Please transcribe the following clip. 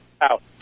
Out